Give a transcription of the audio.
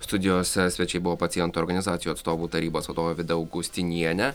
studijos svečiai buvo pacientų organizacijų atstovų tarybos vadovė vida augustinienė